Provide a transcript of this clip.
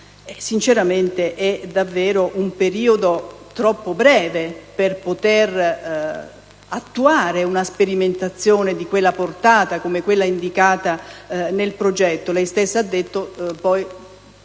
sinceramente è davvero un periodo troppo breve per poter attuare una sperimentazione della portata di quella indicata nel progetto